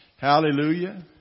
Hallelujah